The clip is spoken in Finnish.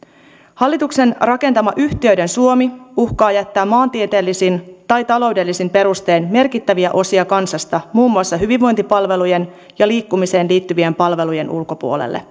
hallituksen rakentama yhtiöiden suomi uhkaa jättää maantieteellisin tai taloudellisin perustein merkittäviä osia kansasta muun muassa hyvinvointipalvelujen ja liikkumiseen liittyvien palvelujen ulkopuolelle